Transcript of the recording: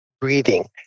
breathing